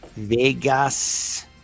Vegas